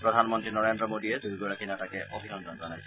প্ৰধানমন্ত্ৰী নৰেন্দ্ৰ মোদীয়ে দুয়োগৰাকী নেতাকে অভিনন্দন জনাইছে